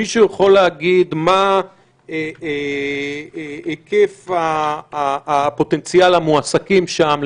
מישהו יכול להגיד מה היקף פוטנציאל המועסקים שם?